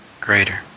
greater